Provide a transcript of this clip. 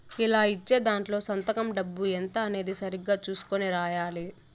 ఇలా ఇచ్చే దాంట్లో సంతకం డబ్బు ఎంత అనేది సరిగ్గా చుసుకొని రాయాలి